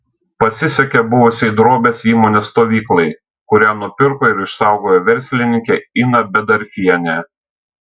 pasisekė buvusiai drobės įmonės stovyklai kurią nupirko ir išsaugojo verslininkė ina bedarfienė